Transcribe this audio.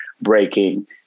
breaking